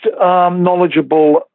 knowledgeable